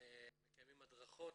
מקיימים הדרכות